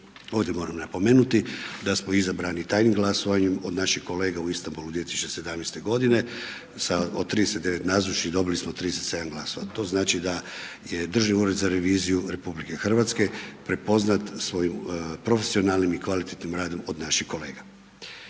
Ovdje moram napomenuti da smo izabrani tajnim glasovanjem od naših kolega u Istanbulu 2017. godine sa od 39 nazočnih dobili smo 37 glasova. To znači da je Državni ured za reviziju RH prepoznat svojim profesionalnim i kvalitetnim radom od naših kolega.